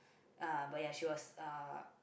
uh but ya she was uh